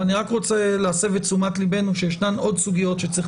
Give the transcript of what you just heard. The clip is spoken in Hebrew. אבל אני רוצה להסב את תשומת ליבנו שיש עוד סוגיות שצריך